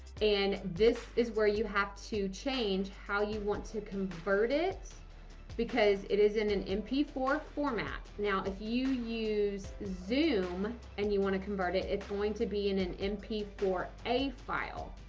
and this is where you have to change how you want to convert it because it is in an m p four format. now, if you use zoom and you want to convert it, it's going to be in an m p four a file.